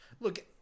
Look